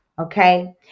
okay